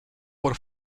por